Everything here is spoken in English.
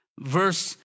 Verse